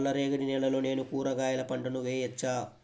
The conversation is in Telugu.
నల్ల రేగడి నేలలో నేను కూరగాయల పంటను వేయచ్చా?